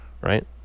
right